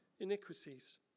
iniquities